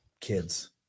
kids